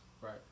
Right